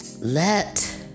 Let